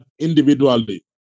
individually